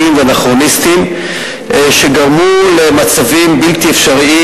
ואנכרוניסטיים שגרמו למצבים בלתי אפשריים,